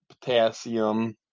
potassium